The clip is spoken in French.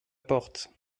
porte